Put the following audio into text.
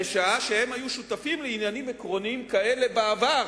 בשעה שהם היו שותפים לעניינים עקרוניים כאלה בעבר,